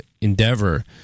endeavor